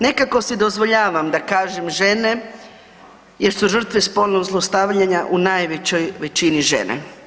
Nekako si dozvoljavam da kažem žene jer su žrtve spolnog zlostavljanja u najvećoj većini žene.